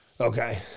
Okay